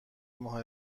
ماه